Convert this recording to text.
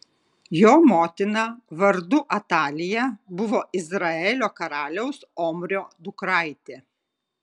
jo motina vardu atalija buvo izraelio karaliaus omrio dukraitė